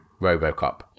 RoboCop